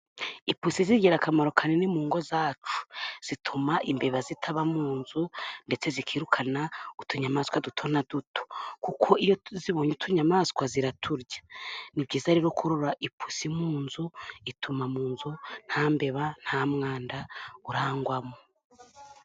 Ipusi zigira akamaro kanini mu ngo zacu, zituma imbeba zitaba mu nzu, ndetse zikirukana utunyamaswa duto duto, kuko iyo tuzibonye utunyamaswa ziraturya, ni byiza rero korora ipusi mu nzu, ituma mu nzu nta mbeba nta mwanda urangwamo.